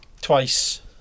twice